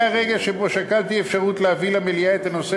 היה רגע שבו שקלתי אפשרות להביא למליאה את הנושא